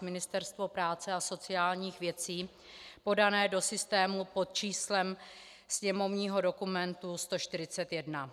Ministerstvo práce a sociálních věcí, podanému do systému pod číslem sněmovního dokumentu 141.